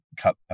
cut